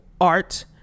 art